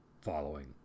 following